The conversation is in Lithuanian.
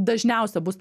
dažniausia bus